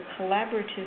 Collaborative